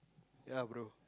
ya bro